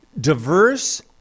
diverse